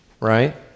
right